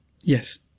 Yes